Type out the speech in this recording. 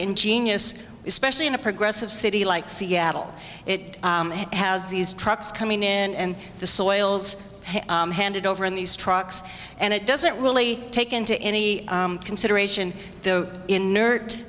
ingenious especially in a progressive city like seattle it has these trucks coming in and the soils handed over in these trucks and it doesn't really take into any consideration though inert